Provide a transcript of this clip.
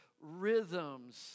rhythms